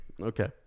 okay